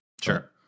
Sure